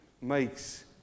makes